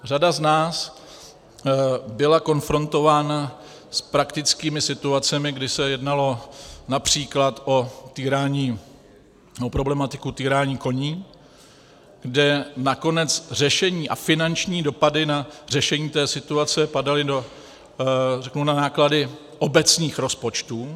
Řada z nás byla konfrontována s praktickými situacemi, kdy se jednalo např. o problematiku týrání koní, kde nakonec řešení a finanční dopady na řešení té situace padaly na náklady obecních rozpočtů.